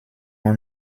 man